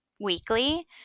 weekly